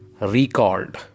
recalled